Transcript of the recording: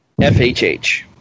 FHH